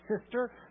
sister